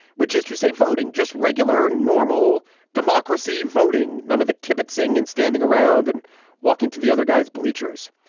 which is to say voting just regular normal democracy voting. none of the kibitzing and standing around and walking to the other guy's bleachers.